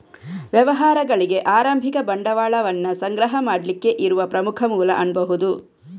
ವ್ಯವಹಾರಗಳಿಗೆ ಆರಂಭಿಕ ಬಂಡವಾಳವನ್ನ ಸಂಗ್ರಹ ಮಾಡ್ಲಿಕ್ಕೆ ಇರುವ ಪ್ರಮುಖ ಮೂಲ ಅನ್ಬಹುದು